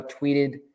tweeted